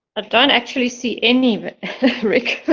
i don't actually see any rick.